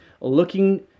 looking